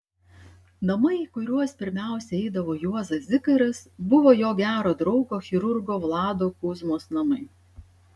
namai į kuriuos pirmiausia eidavo juozas zikaras buvo jo gero draugo chirurgo vlado kuzmos namai